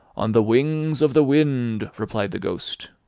on the wings of the wind, replied the ghost.